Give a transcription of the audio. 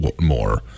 more